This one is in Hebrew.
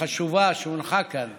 החשובה שהונחה כאן,